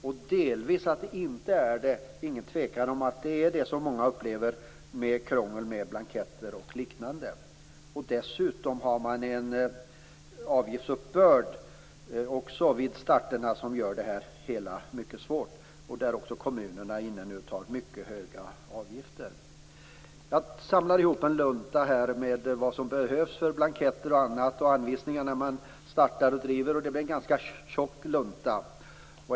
Skälet till att det inte är det är utan tvivel delvis det som många upplever som krångel med blanketter och liknande. Dessutom har man också vid starten en avgiftsuppbörd som gör det hela mycket svårt. Även kommunerna tar mycket höga avgifter. Jag samlade ihop en lunta med blanketter, anvisningar och annat som behövs när man startar och driver företag. Det blev en ganska tjock lunta.